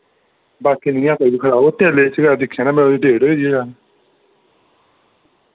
बाकी निं ऐ कोई बी खराब ओह् तेले च गै दिक्खेआ ना में ओह्दी डेट होई दी ऐ